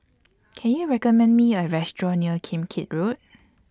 Can YOU recommend Me A Restaurant near Kim Keat Road